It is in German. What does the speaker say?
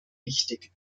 wichtig